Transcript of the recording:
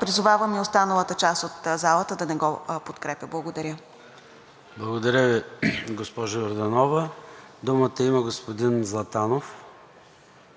Призовавам и останалата част от залата да не го подкрепя. Благодаря. ПРЕДСЕДАТЕЛ ЙОРДАН ЦОНЕВ: Благодаря Ви, госпожо Йорданова. Думата има господин Златанов.